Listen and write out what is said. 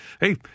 hey